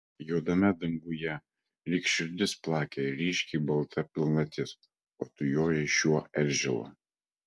juodame danguje lyg širdis plakė ryškiai balta pilnatis o tu jojai šiuo eržilu